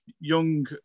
young